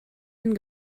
den